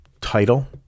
title